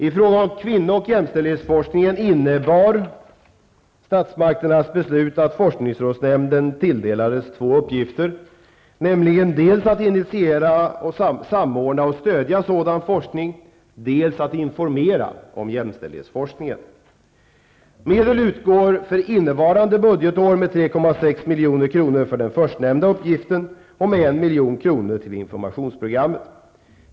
I fråga om kvinno och jämställdhetsforskningen innebar statsmakternas beslut att forskningsrådsnämnden tilldelades två uppgifter, nämligen dels att initiera, samordna och stödja sådan forskning, dels att informera om jämställdhetsforskning. milj.kr. till informationsprogrammet.